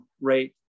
rate